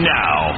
now